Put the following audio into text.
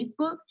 Facebook